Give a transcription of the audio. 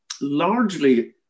largely